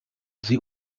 sie